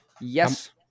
Yes